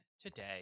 today